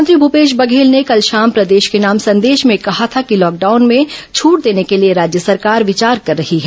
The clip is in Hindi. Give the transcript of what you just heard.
मुख्यमंत्री भूर्पेश बघेल ने कल शाम प्रदेश के नाम संदेश में कहा था कि लॉकडाउन में छट देने के लिए राज्य सरकार विचार कर रही है